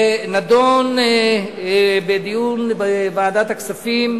ונדון בדיון בוועדת הכספים,